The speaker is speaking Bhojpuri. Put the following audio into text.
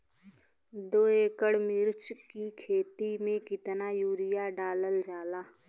दो एकड़ मिर्च की खेती में कितना यूरिया डालल जाला?